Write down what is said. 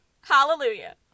Hallelujah